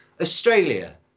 Australia